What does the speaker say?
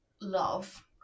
love